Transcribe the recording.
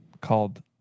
called